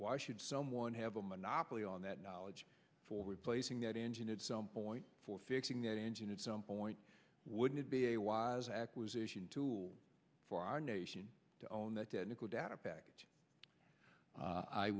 why should someone have a monopoly on that knowledge for replacing that engine and some point for fixing that engine at some point wouldn't it be a wise acquisition tool for our nation to own that nickel data package